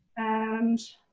and.